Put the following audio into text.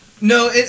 No